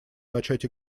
начать